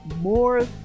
more